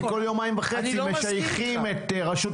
כי כל יומיים וחצי משייכים את הרשות